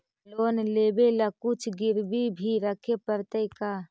Loan लेबे ल कुछ गिरबी भी रखे पड़तै का?